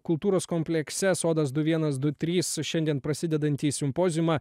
kultūros komplekse sodas du vienas du trys šiandien prasidedantį simpoziumą